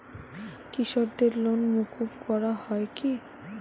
কৃষকদের লোন মুকুব করা হয় কি?